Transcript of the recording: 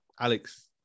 Alex